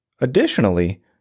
Additionally